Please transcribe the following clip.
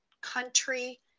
country